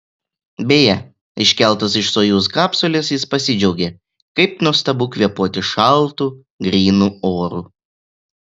beje iškeltas iš sojuz kapsulės jis pasidžiaugė kaip nuostabu kvėpuoti šaltu grynu oru